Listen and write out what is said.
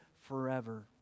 forever